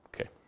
Okay